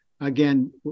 again